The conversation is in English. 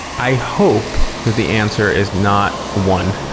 i hope the answer is not one.